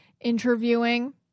interviewing